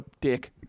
dick